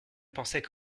pensaient